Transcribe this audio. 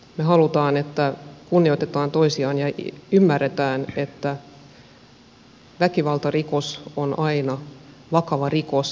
me haluamme että kunnioitamme toisiamme ja ymmärretään että väkivaltarikos on aina vakava rikos